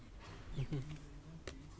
mmhmm